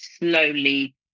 slowly